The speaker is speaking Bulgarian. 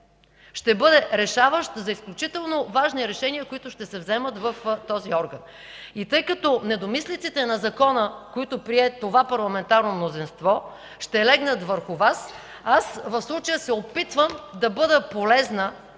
ще бъде решаващ за изключително важни решения, които ще се вземат в този орган. Тъй като недомислиците на Закона, които прие това парламентарно мнозинство, ще легнат върху Вас, аз в случая се опитвам да бъда полезна